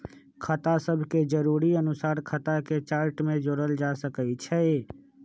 खता सभके जरुरी अनुसारे खता के चार्ट में जोड़ल जा सकइ छै